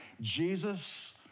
Jesus